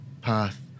path